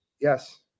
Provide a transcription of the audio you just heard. Yes